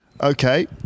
Okay